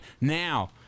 now